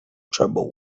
trouble